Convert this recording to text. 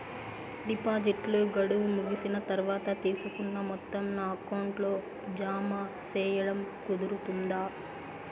డిపాజిట్లు గడువు ముగిసిన తర్వాత, తీసుకున్న మొత్తం నా అకౌంట్ లో జామ సేయడం కుదురుతుందా?